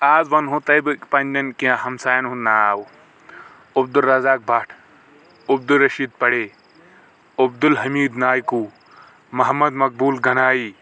آز ونہو تۄہہِ بہٕ پننٮ۪ن کینٛہہ ہمساین ہُنٛد ناو عبدالرزاق بٹھ عبدالرشید پڑے عبدالحمید نایِکوٗ محمد مقبول گنایی